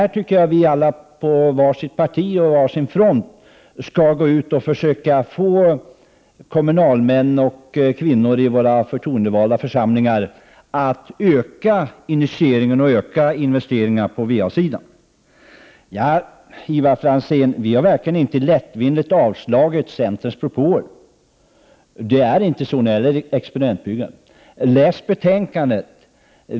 Jag tycker att vi i våra egna partier och på den egna fronten skall försöka förmå kommunalmän och kommunalkvinnor i våra förtroendevalda församlingar att öka initiativen och investeringarna på VA-området. När det gäller experimentbyggandet har vi verkligen inte lättvindigt avstyrkt centerpartiets propåer, Ivar Franzén. Läs betänkandet!